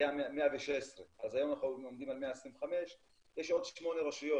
היה 116. אז היום אנחנו עומדים על 125. יש עוד שמונה רשויות,